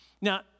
Now